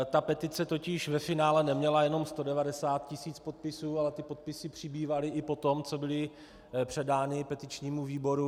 Ta petice totiž ve finále neměla jenom 190 tis. podpisů, ale podpisy přibývaly i potom, co byly předány petičnímu výboru.